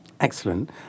Excellent